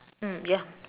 mm ya